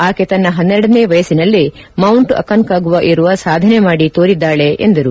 ಆಕೆ ತನ್ನ ಹನ್ನೆರಡನೇ ವಯಸ್ಸಿನಲ್ಲೇ ಮೌಂಟ್ ಅಕಾನ್ಕಾಗುವಾ ಏರುವ ಸಾಧನೆ ಮಾಡಿ ತೋರಿದ್ದಾಳೆ ಎಂದರು